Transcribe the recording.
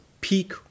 peak